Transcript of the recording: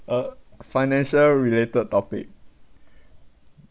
uh financial related topic